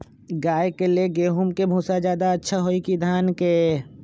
गाय के ले गेंहू के भूसा ज्यादा अच्छा होई की धान के?